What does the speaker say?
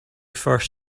first